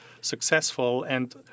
successful—and